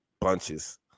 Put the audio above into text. bunches